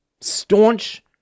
staunch